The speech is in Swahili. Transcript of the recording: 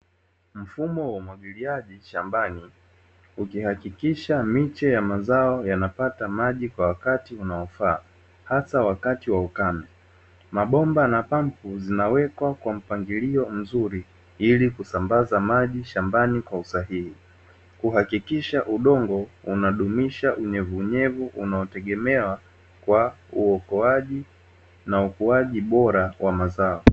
Mfumo wa umwagiliaji shambani ukihakikisha miche ya mazao yanapata maji kwa wakati unaofaa hasa wakati wa ukame, mabomba na pampu zinawekwa kwa mpangilio mzuri ili kusambaza maji shambani kwa usahihi kuhakikisha udongo unadumisha unyevu unyevu unaotegemewa kwa uokoaji na ukuaji bora wa mazao.